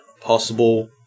possible